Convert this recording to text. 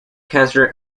cancer